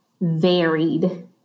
varied